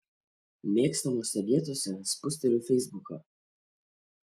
mėgstamose vietose spusteliu feisbuką